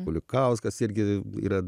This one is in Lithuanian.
kulikauskas irgi yra